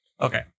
Okay